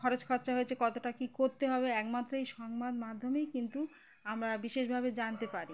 খরচ খরচা হয়েছে কতটা কী করতে হবে একমাত্র এই সংবাদ মাধ্যমেই কিন্তু আমরা বিশেষভাবে জানতে পারি